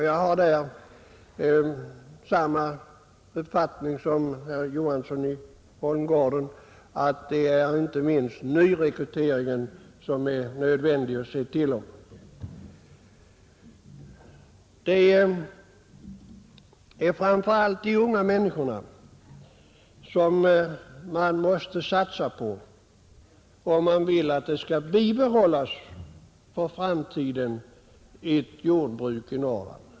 Jag har, liksom herr Johansson i Holmgården, den uppfattningen att det inte minst nödvändiga är att främja nyetablering. Det är framför allt de unga människorna man måste satsa på om man vill att det för framtiden skall bibehållas ett jordbruk i Norrland.